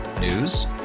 News